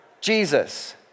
Jesus